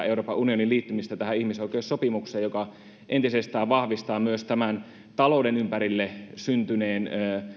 euroopan unionin liittymistä ihmisoikeussopimukseen joka entisestään vahvistaa myös talouden ympärille syntyneen